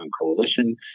Coalition